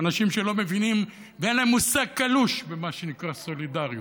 אנשים שלא מבינים ואין להם מושג קלוש במה שנקרא סולידריות.